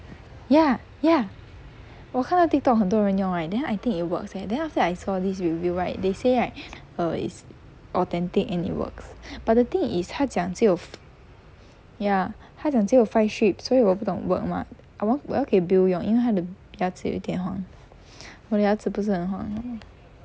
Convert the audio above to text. ya ya 我看到 TikTok 很多人用 right then I think it works eh then after that I saw this review right they say is authentic and it works but the thing is 它讲只有 f~ ya 它讲只有 five sheet 所以我不懂 work 吗我要给 bill 用因为他的牙齿有一点黄 我的牙齿不是很黄